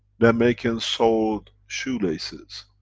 the americans sold shoe laces.